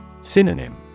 Synonym